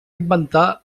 inventar